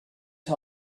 for